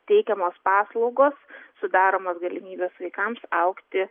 teikiamos paslaugos sudaromos galimybės vaikams augti